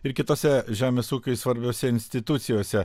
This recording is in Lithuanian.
ir kitose žemės ūkiui svarbiose institucijose